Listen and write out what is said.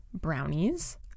brownies